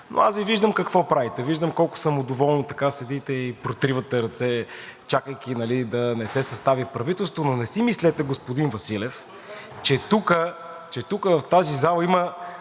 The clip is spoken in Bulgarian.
Аз Ви виждам какво правите. Виждам колко самодоволно седите и потривате ръце, чакайки да не се състави правителство. Но не си мислете, господин Василев, че тук в тази зала има